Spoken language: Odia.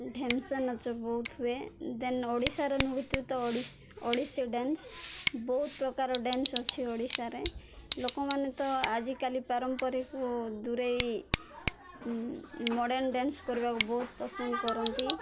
ଢେମସା ନାଚ ବହୁତ ହୁଏ ଦେନ୍ ଓଡ଼ିଶାର ନୃତ୍ୟ ତ ଓଡ଼ି ଓଡ଼ିଶୀ ଡ୍ୟାନ୍ସ ବହୁତ ପ୍ରକାର ଡ୍ୟାନ୍ସ ଅଛି ଓଡ଼ିଶାରେ ଲୋକମାନେ ତ ଆଜିକାଲି ପାରମ୍ପରିକ ଦୂରେଇ ମର୍ଡନ ଡ୍ୟାନ୍ସ କରିବାକୁ ବହୁତ ପସନ୍ଦ କରନ୍ତି